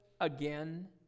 again